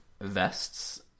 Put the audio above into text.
vests